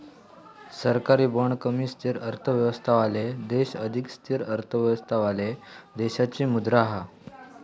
सरकारी बाँड कमी स्थिर अर्थव्यवस्थावाले देश अधिक स्थिर अर्थव्यवस्थावाले देशाची मुद्रा हा